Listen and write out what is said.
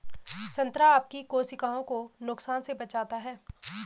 संतरा आपकी कोशिकाओं को नुकसान से बचाता है